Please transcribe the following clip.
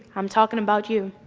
i'm talking about you.